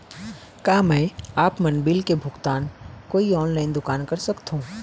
का मैं आपमन बिल के भुगतान कोई ऑनलाइन दुकान कर सकथों?